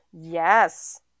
Yes